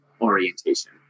orientation